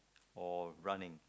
or running